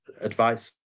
advice